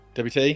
WT